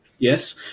Yes